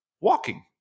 walking